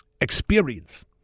experience